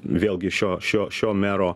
vėlgi šio šio šio mero